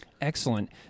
Excellent